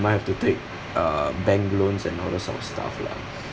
might have to take uh bank loans and all that sort of stuff lah